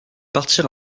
partir